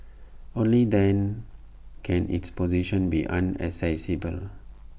only then can its position be unassailable